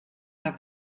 have